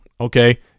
Okay